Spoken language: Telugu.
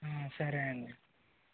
ఆ సరే అండి